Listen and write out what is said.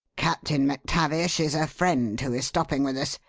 captain mactavish is a friend who is stopping with us.